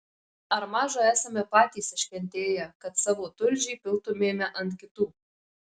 ar maža esame patys iškentėję kad savo tulžį piltumėme ant kitų